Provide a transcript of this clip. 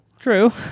True